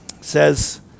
says